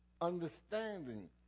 Understanding